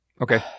Okay